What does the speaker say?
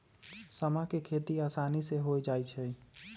समा के खेती असानी से हो जाइ छइ